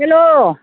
hello